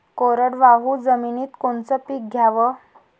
कोरडवाहू जमिनीत कोनचं पीक घ्याव?